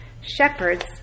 Shepherds